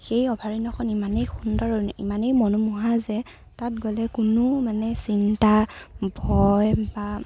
সেই অভয়াৰণ্যখন ইমানেই সুন্দৰ ইমানেই মনোমোহা যে তাত গ'লে কোনো মানে চিন্তা ভয় বা